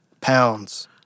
pounds